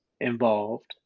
involved